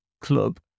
club